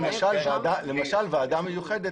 למשל, ועדה מיוחדת.